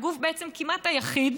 את הגוף כמעט היחיד,